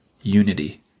unity